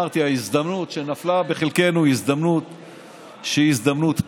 שההזדמנות שנפלה בחלקנו היא הזדמנות פז.